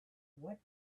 what